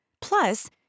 Plus